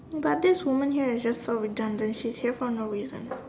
but this woman here is just so redundant she's here for no reason